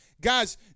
Guys